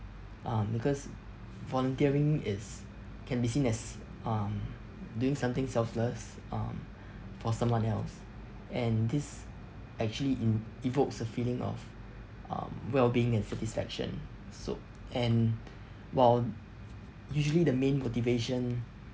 uh because volunteering is can be seen as um doing something selfless um for someone else and this actually in~ evokes a feeling of um well-being and satisfaction so and well usually the main motivation